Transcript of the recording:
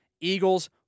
Eagles